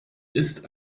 ist